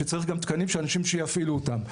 שצריך גם תקנים של אנשים שיפעילו אותן.